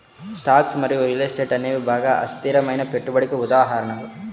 stocks మరియు real estate అనేవి బాగా అస్థిరమైన పెట్టుబడికి ఉదాహరణలు